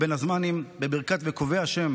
לבין הזמנים, בברכת "וקוי ה'